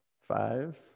Five